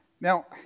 Now